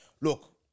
Look